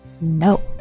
No